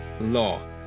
Law